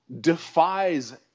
defies